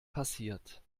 passiert